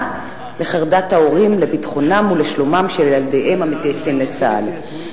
לחרדת ההורים לביטחונם ולשלומם של ילדיהם המתגייסים לצה"ל.